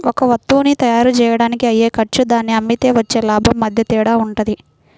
ఒక వత్తువుని తయ్యారుజెయ్యడానికి అయ్యే ఖర్చు దాన్ని అమ్మితే వచ్చే లాభం మధ్య తేడా వుంటది